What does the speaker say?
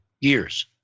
years